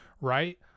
right